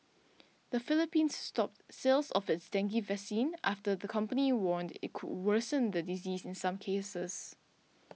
the Philippines stopped sales of its dengue vaccine after the company warned it could worsen the disease in some cases